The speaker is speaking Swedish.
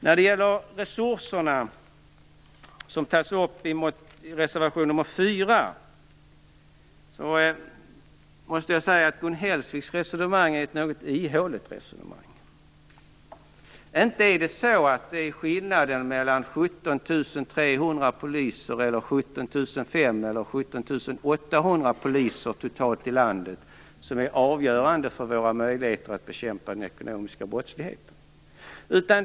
När det gäller resurserna som tas upp i reservation nr 4 måste jag säga att Gun Hellsviks resonemang är något ihåligt. Det är inte skillnaden mellan 17 300 poliser, 17 500 poliser och 17 800 poliser totalt i landet som är avgörande för våra möjligheter att bekämpa den ekonomiska brottsligheten.